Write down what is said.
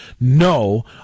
no